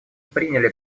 приняли